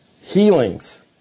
healings